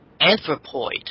Anthropoid